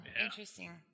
interesting